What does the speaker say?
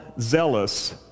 zealous